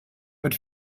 but